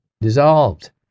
dissolved